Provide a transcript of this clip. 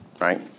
right